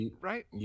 right